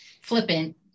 flippant